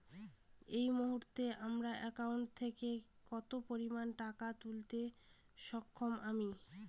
এই মুহূর্তে আমার একাউন্ট থেকে কত পরিমান টাকা তুলতে সক্ষম আমি?